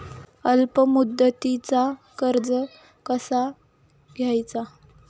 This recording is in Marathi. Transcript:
अल्प मुदतीचा कर्ज कसा घ्यायचा?